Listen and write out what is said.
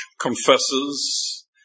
confesses